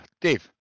dave